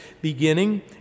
beginning